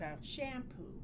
shampoo